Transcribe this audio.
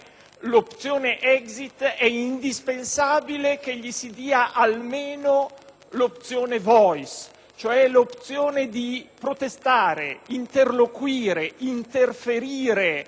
l'opzione *exit*, è indispensabile che gli si dia almeno l'opzione *voice*, cioè la facoltà di protestare, interloquire e interferire